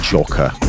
Joker